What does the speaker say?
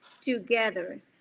together